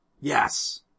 Yes